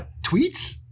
tweets